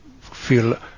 feel